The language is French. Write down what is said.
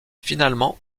finalement